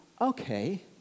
okay